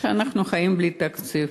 שאנחנו חיים בלי תקציב.